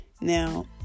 Now